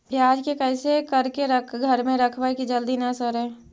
प्याज के कैसे करके घर में रखबै कि जल्दी न सड़ै?